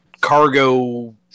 cargo